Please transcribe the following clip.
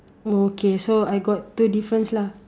oh okay so I got two difference lah